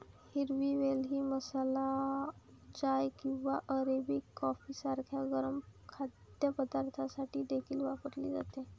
हिरवी वेलची मसाला चाय किंवा अरेबिक कॉफी सारख्या गरम पदार्थांसाठी देखील वापरली जाते